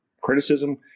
criticism